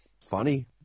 funny